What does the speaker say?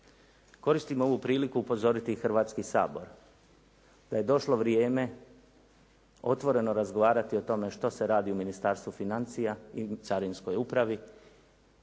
Koristim ovu priliku upozoriti Hrvatski sabor, da je došlo vrijeme otvoreno razgovarati o tome što se radi u Ministarstvu financija i Carinskoj upravi